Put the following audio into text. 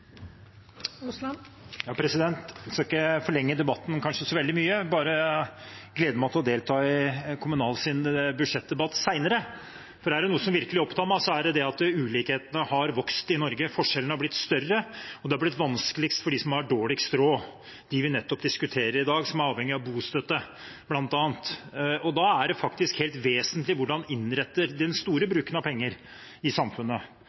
veldig mye – jeg bare gleder meg til å delta i kommunal- og forvaltningskomiteens budsjettdebatt senere. For er det noe som virkelig opptar meg, er det at ulikhetene har vokst i Norge; forskjellene har blitt større, og det har blitt vanskeligst for dem som har dårligst råd, de vi diskuterer i dag, som er avhengige av bl.a. bostøtte. Da er det faktisk helt vesentlig hvordan en innretter den store pengebruken i samfunnet.